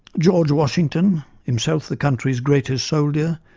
george washington, himself the country's greatest soldier,